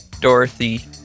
Dorothy